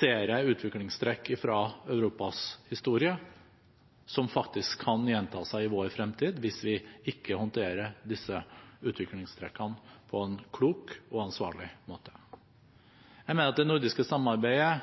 ser jeg utviklingstrekk fra Europas historie som faktisk kan gjenta seg i vår fremtid hvis vi ikke håndterer disse utviklingstrekkene på en klok og ansvarlig måte. Jeg mener at det nordiske samarbeidet